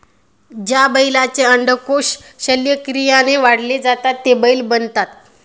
ज्या बैलांचे अंडकोष शल्यक्रियाने काढले जातात ते बैल बनतात